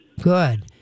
Good